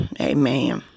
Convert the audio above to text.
Amen